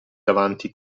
davanti